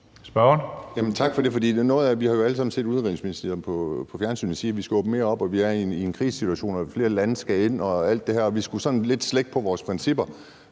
(NB): Tak for det. For vi har jo alle sammen set udenrigsministeren på fjernsynet sige, at vi skal åbne mere op, at vi er i en krisesituation, og at flere lande skal ind og alt det her, og at vi sådan skulle slække lidt på vores principper,